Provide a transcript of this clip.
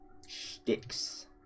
Sticks